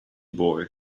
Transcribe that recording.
boy